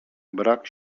brak